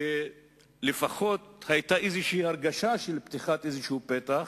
שבו לפחות היתה איזו הרגשה של פתיחת פתח,